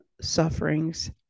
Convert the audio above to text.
sufferings